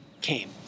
came